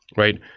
right?